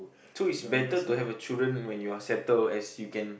so it's better to have a children when you are settle as you can